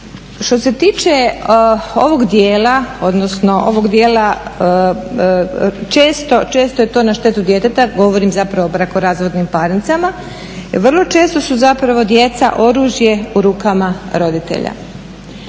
odnosno ovog dijela često je to na štetu djeteta, govorim zapravo o brakorazvodnim parnicama. Vrlo često su zapravo djeca oružje u rukama roditelja.